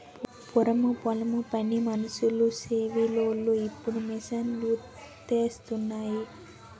పూరము పొలం పని మనుసులు సేసి వోలు ఇప్పుడు మిషన్ లూసేత్తన్నాయి